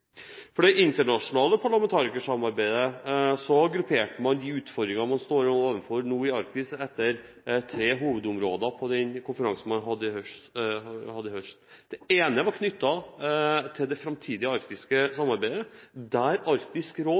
Det internasjonale parlamentarikersamarbeidet har – på den konferansen som ble holdt i høst – gruppert utfordringene man nå står overfor i Arktis, i tre hovedområder. Den ene utfordringen er knyttet til det framtidige arktiske samarbeidet, der Arktisk råd